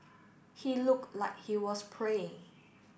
he looked like he was praying